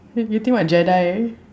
you you think what Jedi ah